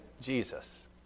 Jesus